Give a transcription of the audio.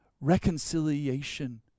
Reconciliation